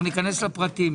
ניכנס לפרטים.